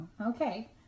okay